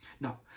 now